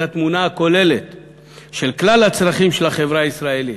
התמונה של כלל הצרכים של החברה הישראלית.